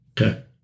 Okay